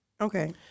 okay